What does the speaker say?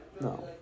No